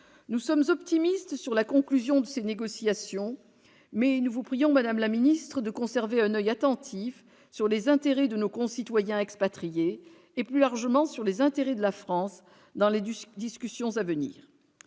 Nous sommes optimistes sur la conclusion de ces négociations, mais nous vous prions, madame la ministre, de conserver un oeil attentif sur les intérêts de nos concitoyens expatriés et, plus largement, sur les intérêts de la France dans les discussions à venir.